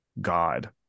god